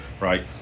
right